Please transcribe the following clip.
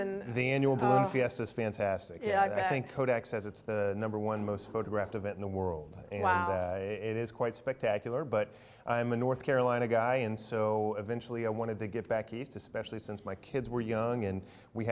fiesta is fantastic i think kodak says it's the number one most photographed of it in the world it is quite spectacular but i'm a north carolina guy and so eventually i wanted to get back east especially since my kids were young and we